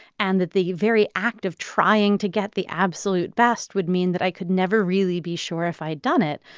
and that the very act of trying to get the absolute best would mean that i could never really be sure if i'd done it.